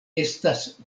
estas